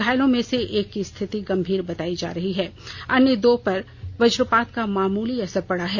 घायलों में से एक की स्थिति गम्भीर बतायी जा रही है अन्य दो पर वज्रपात का मामूली असर पड़ा है